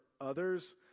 others